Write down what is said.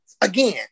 again